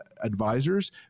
advisors